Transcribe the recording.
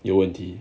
有问题